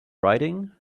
writing